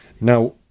Now